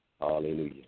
Hallelujah